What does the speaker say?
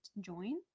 join